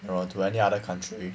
you know to any other country